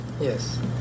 Yes